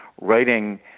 writing